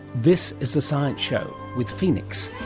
this is the science show, with phoenix,